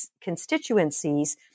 constituencies